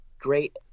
great